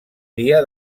dia